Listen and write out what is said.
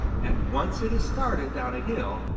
and once it has started down a hill,